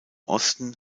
osten